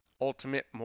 Ultimate